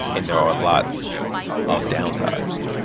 and there are lots of downsides